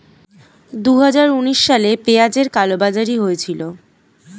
দুহাজার উনিশ সালে পেঁয়াজের কালোবাজারি হয়েছিল